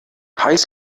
heiß